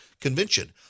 Convention